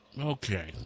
Okay